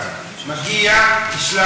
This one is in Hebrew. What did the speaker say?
אני, אישית, הופתעתי.